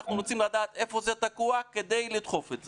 אנחנו רוצים לדעת איפה זה תקוע כדי לדחוף את זה.